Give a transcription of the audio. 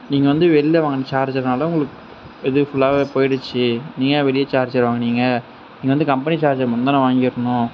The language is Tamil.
நீங்கள் வந்து வெளில வாங்கின சார்ஜர்னால உங்களுக்கு இது ஃபுல்லாவே போய்டுச்சி நீங்கள் ஏன் வெளியே சார்ஜர் வாங்குனீங்க நீங்கள் வந்து கம்பெனி சார்ஜர் மட்டும் தானே வாங்கியிருக்கணும்